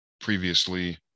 previously